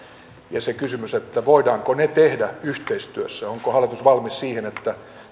ja se kysymys että voidaanko ne tehdä yhteistyössä ja onko hallitus valmis siihen että